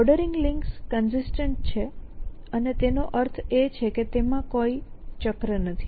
ordering links consistent છે અને તેનો અર્થ એ છે કે તેમાં કોઈ ચક્ર નથી